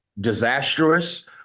disastrous